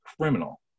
criminal